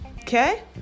okay